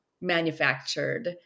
manufactured